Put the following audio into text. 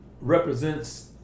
Represents